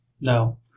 No